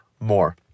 more